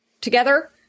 together